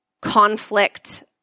conflict